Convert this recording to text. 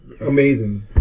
amazing